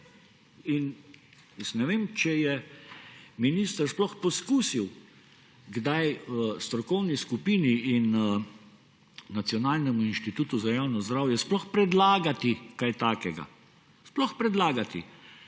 ne. Ne vem, če je minister sploh poskusil kdaj strokovni skupini in Nacionalnemu inštitutu za javno zdravje predlagati kaj takega. Sploh predlagati.